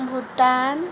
Bhutan